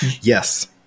Yes